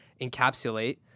encapsulate